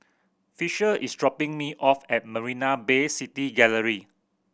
Fisher is dropping me off at Marina Bay City Gallery